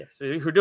Yes